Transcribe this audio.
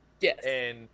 Yes